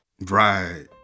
Right